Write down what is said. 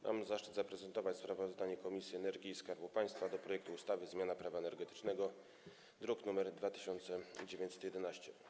Mam zaszczyt zaprezentować sprawozdanie Komisji do Spraw Energii i Skarbu Państwa o projekcie ustawy o zmianie Prawa energetycznego (druk nr 2911)